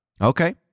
Okay